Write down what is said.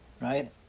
right